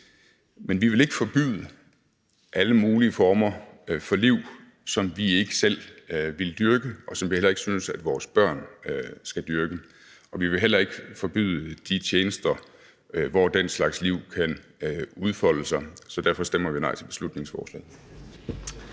men vi vil ikke forbyde alle mulige former for liv, som vi ikke selv ville dyrke, og som vi heller ikke synes at vores børn skal dyrke. Vi vil heller ikke forbyde de tjenester, hvor den slags liv kan udfolde sig, så derfor stemmer vi nej til beslutningsforslaget.